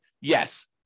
yes